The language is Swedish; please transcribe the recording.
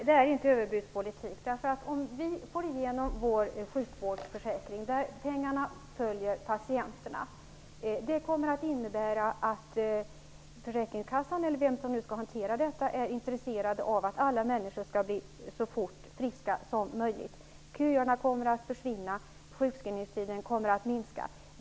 Herr talman! Nej, det är inte överbudspolitik, om vi får igenom vår sjukvårdsförsäkring, där pengarna följer patienterna. Den kommer att innebära att Försäkringskassan, eller vem som nu skall hantera detta, är intresserad av att alla människor skall bli friska så fort som möjligt. Köerna kommer att försvinna och sjukskrivningstiden kommer att minska.